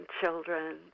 children